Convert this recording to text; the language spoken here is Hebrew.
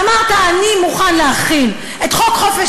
אמרת: אני מוכן להחיל את חוק חופש